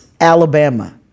Alabama